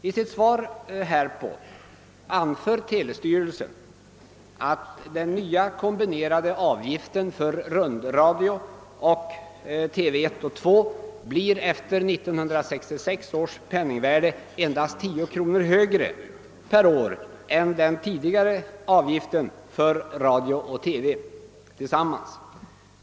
I sitt svar härpå anför telestyrelsen att den nya kombinerade avgiften för rundradio och TV 1 och 2 blir efter 1966 års penningvärde endast 10 kronor högre per år än den tidigare avgiften för radio och TV tillsammans.